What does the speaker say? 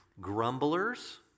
grumblers